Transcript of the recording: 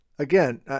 Again